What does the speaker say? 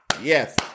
Yes